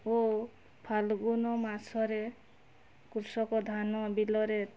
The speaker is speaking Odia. ଓ ଫାଲ୍ଗୁନ ମାସରେ କୃଷକ ଧାନ ବିଲରେ